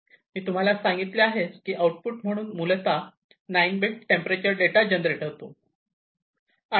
तर मी तुम्हाला सांगितलेले आहे की आउट पुट म्हणून मूलतः 9 बिट्स टेंपरेचर डेटा जनरेट होतो